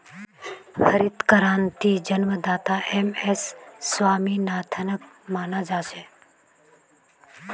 हरित क्रांतिर जन्मदाता एम.एस स्वामीनाथनक माना जा छे